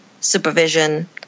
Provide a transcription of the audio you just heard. supervision